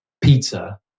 pizza